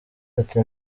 ati